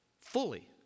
fully